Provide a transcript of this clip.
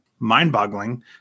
mind-boggling